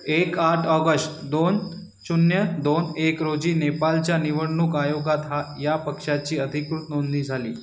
एक आठ ऑगस्ट दोन शून्य दोन एक रोजी नेपालच्या निवडणूक आयोगात हा या पक्षाची अधिकृत नोंदणी झाली